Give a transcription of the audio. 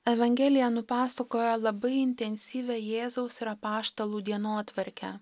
evangelija nupasakojo labai intensyvią jėzaus ir apaštalų dienotvarkę